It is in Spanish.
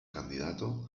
candidato